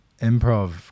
Improv